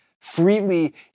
freely